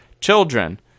children